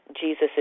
Jesus